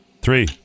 Three